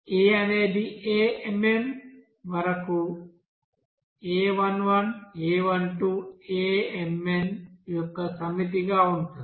a అనేది amn వరకు a11 a12 ann యొక్క సమితిగా ఉంటుంది